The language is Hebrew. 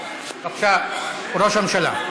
רצה, בבקשה, ראש הממשלה.